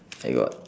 I got